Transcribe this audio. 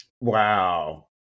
wow